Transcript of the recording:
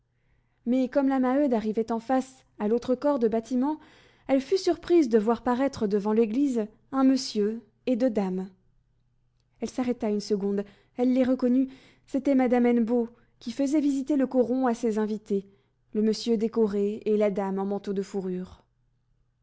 mais comme la maheude arrivait en face à l'autre corps de bâtiment elle fut surprise de voir paraître devant l'église un monsieur et deux dames elle s'arrêta une seconde elle les reconnut c'était madame hennebeau qui faisait visiter le coron à ses invités le monsieur décoré et la dame en manteau de fourrure